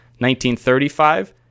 1935